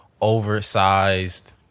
oversized